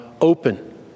open